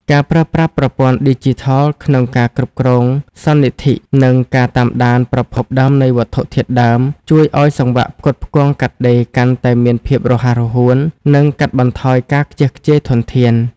ការប្រើប្រាស់ប្រព័ន្ធឌីជីថលក្នុងការគ្រប់គ្រងសន្និធិ និងការតាមដានប្រភពដើមនៃវត្ថុធាតុដើម ជួយឱ្យសង្វាក់ផ្គត់ផ្គង់កាត់ដេរកាន់តែមានភាពរហ័សរហួន និងកាត់បន្ថយការខ្ជះខ្ជាយធនធាន។